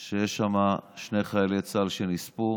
שיש שם שני חיילי צה"ל שנספו